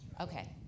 Okay